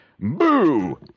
boo